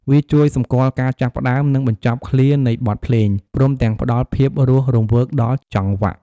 វាជួយសម្គាល់ការចាប់ផ្ដើម និងបញ្ចប់ឃ្លានៃបទភ្លេង ព្រមទាំងផ្តល់ភាពរស់រវើកដល់ចង្វាក់។